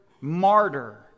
martyr